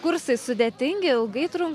kursai sudėtingi ilgai trunk